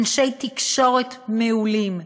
אנשי תקשורת מעולים,